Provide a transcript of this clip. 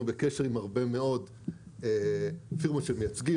אנחנו בקשר עם הרבה מאוד פירמות של מייצגים,